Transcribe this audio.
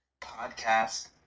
podcast